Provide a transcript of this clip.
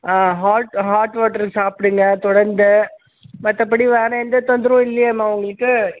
ஆ hot hot water சாப்பிடுங்க தொடர்ந்து மற்றபடி வேறு எந்த தொந்தரவும் இல்லையேமா உங்களுக்கு